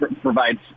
provides